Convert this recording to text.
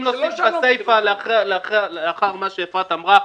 אם להוסיף בסיפה לאחר מה שאפרת אמרה: